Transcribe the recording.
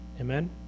amen